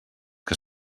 que